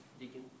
Deacon